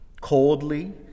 coldly